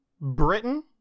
Britain